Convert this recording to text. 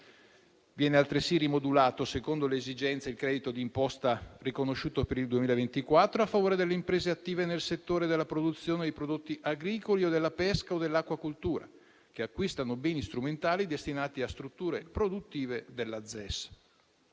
Viene altresì rimodulato, secondo le esigenze, il credito d'imposta riconosciuto per il 2024 a favore delle imprese attive nel settore della produzione di prodotti agricoli, della pesca o dell'acquacoltura che acquistano beni strumentali destinati a strutture produttive della ZES.